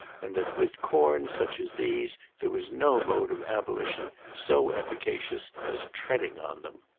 and that with corns such as these there was no mode of abolition so efficacious as treading on them.